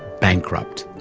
bankrupt.